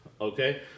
okay